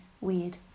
weird